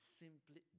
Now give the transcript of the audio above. simply